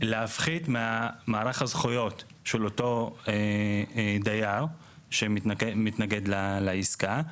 להפחית ממערך הזכויות של אותו דייר שמתנגד לעסקה.